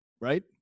Right